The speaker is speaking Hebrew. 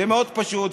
זה מאוד פשוט,